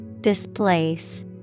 Displace